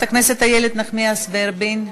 חברת הכנסת איילת נחמיאס ורבין.